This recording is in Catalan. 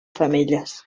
femelles